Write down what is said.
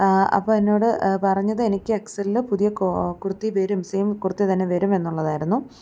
അപ്പോള് എന്നോട് പറഞ്ഞത് എനിക്ക് എക്സ് എല്ലില് പുതിയ കുർത്തി വരും സേം കുർത്തി തന്നെ വരുമെന്നുള്ളതായിരുന്നു